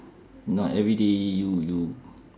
not everyday you you